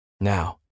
Now